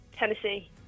Tennessee